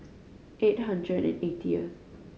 eight hundred and eightieth